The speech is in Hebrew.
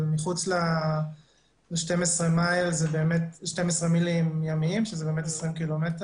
אבל באמת מחוץ ל-12 מייל זה באמת 12 מיילים ימיים שזה 20 קילומטר